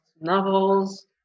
novels